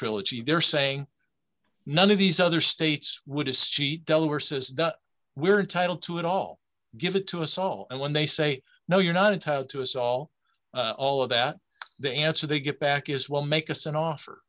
trilogy they're saying none of these other states would is cheat delaware says that we're entitled to it all give it to us all and when they say no you're not entitled to us all all of that the answer they get back is will make us an offer